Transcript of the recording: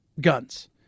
guns